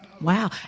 Wow